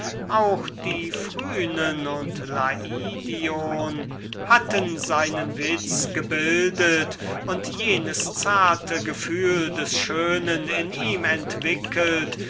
schönheit die geringste ihrer reizungen war hatten seinen witz gebildet und jenes zarte gefühl des schönen in ihm entwickelt